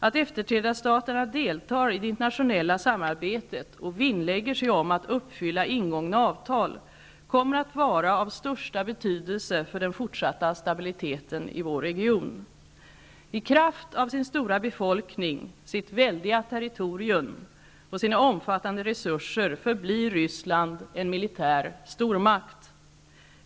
Att efterträdarstaterna deltar i det internationella samarbetet och vinnlägger sig om att uppfylla ingångna avtal kommer att vara av största betydelse för den fortsatta stabiliteten i vår region. I kraft av sin stora befolkning, sitt väldiga territorium och sina omfattande resurser förblir Ryssland en militär stormakt.